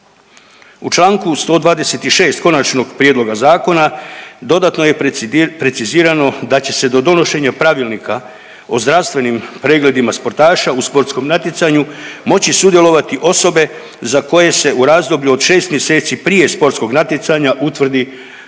U čl. 126. Konačnog prijedloga Zakona dodatno je precizirano da će se do donošenja pravilnika o zdravstvenim pregledima sportaša u sportskom natjecanju moći sudjelovati osobe za koje se u razdoblju od šest mjeseci prije sportskog natjecanja utvrdi